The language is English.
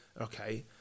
okay